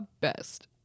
best